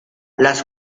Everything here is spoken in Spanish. las